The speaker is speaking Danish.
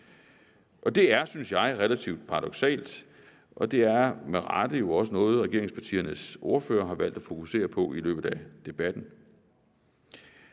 Det er, synes jeg, relativt paradoksalt, og det er med rette jo også noget, regeringspartiernes ordførere har valgt at fokusere på i løbet af debatten.